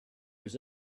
was